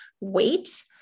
weight